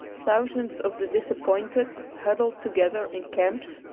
thousands of the disappointed, huddled together in camps,